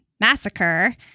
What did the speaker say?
massacre